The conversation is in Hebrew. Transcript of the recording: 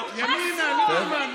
אבל אתה מפריע לי.